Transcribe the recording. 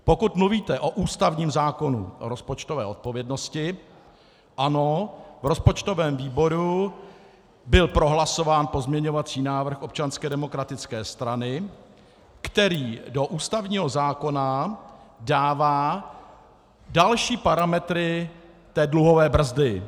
Pokud mluvíte o ústavním zákonu o rozpočtové odpovědnosti, ano, v rozpočtovém výboru byl prohlasován pozměňovací návrh Občanské demokratické strany, který do ústavního zákona dává další parametry té dluhové brzdy.